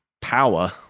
power